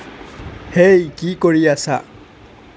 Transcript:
হেই কি কৰি আছা